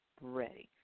Ready